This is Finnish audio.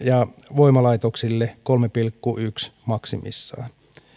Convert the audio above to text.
voimalaitoksille kiinteistövero on kolmeen pilkku yhteen maksimissaan